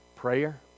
Prayer